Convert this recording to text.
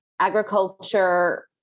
Agriculture